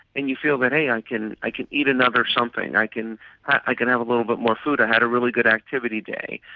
and you feel that, hey, i can i can eat another something, i can i can have a little bit more food, i had a really good activity day.